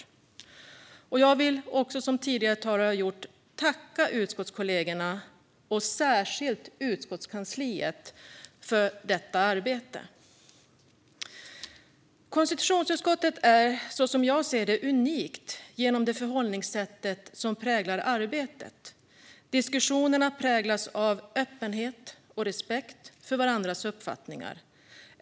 Gransknings betänkandeInledning Jag vill, som tidigare talare, tacka utskottskollegorna och särskilt utskottskansliet för detta arbete. Konstitutionsutskottet är så som jag ser det unikt genom det förhållningssätt som präglar arbetet. Diskussionerna präglas av öppenhet och respekt för varandras uppfattningar.